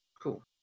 Cool